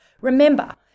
Remember